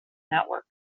network